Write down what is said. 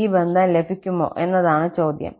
ഈ ബന്ധം ലഭിക്കുമോ എന്നതാണ് ചോദ്യം